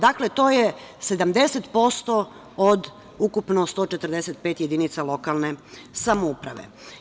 Dakle, to je 70% od ukupno 145 jedinica lokalne samouprave.